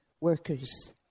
workers